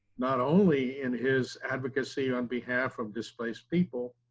not only in his advocacy on behalf of displaced people,